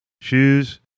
shoes